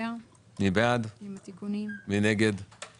גם לאנשים מהמגזר